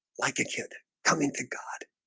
like a kid coming to god